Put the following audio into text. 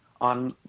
on